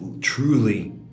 truly